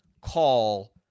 call